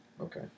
Okay